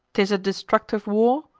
t is a destructive war?